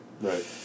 Right